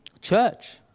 Church